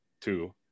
two